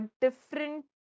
different